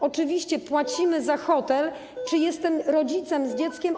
Oczywiście płacimy za hotel, czy jestem rodzicem z dzieckiem.